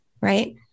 right